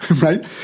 right